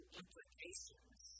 implications